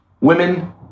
women